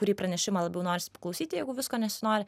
kurį pranešimą labiau norisi paklausyti jeigu visko nesinori